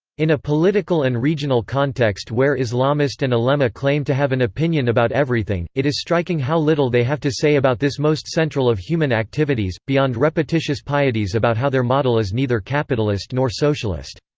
in a political and regional context where islamist and ulema claim to have an opinion about everything, it is striking how little they have to say about this most central of human activities, beyond repetitious pieties about how their model is neither capitalist nor socialist.